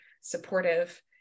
supportive